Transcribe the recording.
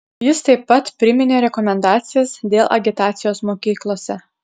jis taip pat priminė rekomendacijas dėl agitacijos mokyklose